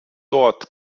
dort